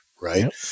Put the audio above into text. right